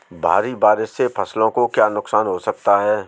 भारी बारिश से फसलों को क्या नुकसान हो सकता है?